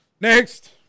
Next